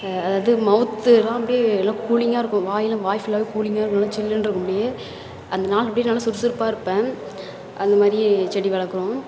அதாவது மௌத்தெலாம் அப்படியே நல்லா கூலிங்காக இருக்கும் வாயெலாம் வாய் ஃபுல்லாகவே கூலிங்காக இருக்கும் நல்ல சில்லுன்னு இருக்கும் அப்படியே அந்த நாள் அப்படியே நல்லா சுறுசுறுப்பாக இருப்பேன் அந்தமாதிரி செடி வளர்க்குறோம்